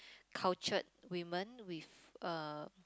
cultured woman with uh